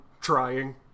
trying